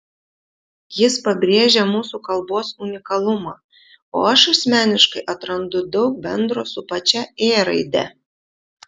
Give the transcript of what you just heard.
jis pabrėžia mūsų kalbos unikalumą o aš asmeniškai atrandu daug bendro su pačia ė raide